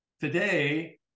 Today